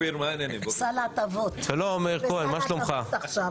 שלום מאיר כהן, מה שלומך?